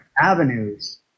avenues